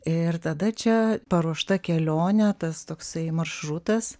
ir tada čia paruošta kelionė tas toksai maršrutas